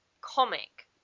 comic